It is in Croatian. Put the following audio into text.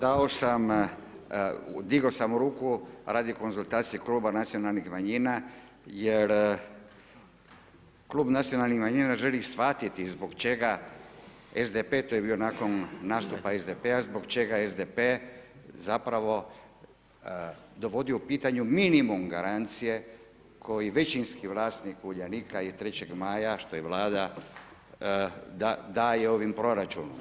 Dao sam, digao sam ruku radi konzultacije Kluba nacionalnih manjina, jer Klub nacionalnih manjina želi shvatiti zbog čega SDP, to je bilo nakon nastupa SDP-a, zbog čega SDP zapravo dovodi minimum garancije, koji većinski vlasnik Uljanika i 3.Maja što je Vlada daje ovim proračunom.